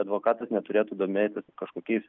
advokatas neturėtų domėtis kažkokiais